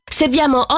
serviamo